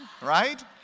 right